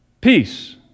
peace